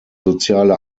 soziale